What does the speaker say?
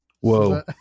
Whoa